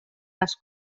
les